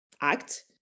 act